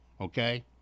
okay